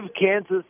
Kansas